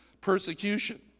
persecution